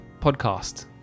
podcast